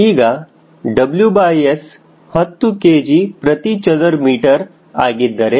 ಈಗ WS 10 kgm2 ಹಾಗಿದ್ದರೆ